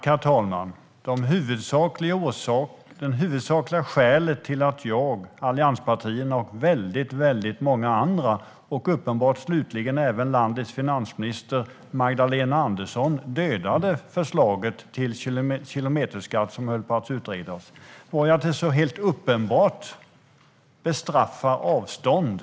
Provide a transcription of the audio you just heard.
Herr talman! Det huvudsakliga skälet till att jag, allianspartierna och väldigt många andra, och uppenbart slutligen även landets finansminister Magdalena Andersson, dödade det förslag till kilometerskatt som höll på att utredas var att det helt uppenbart bestraffar avstånd.